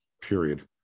period